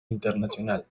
internacional